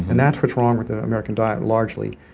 and that's what's wrong with the american diet largely.